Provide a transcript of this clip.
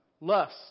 lust